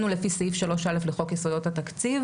הוא לפי סעיף 3(א) לחוק יסודות התקציב.